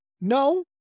no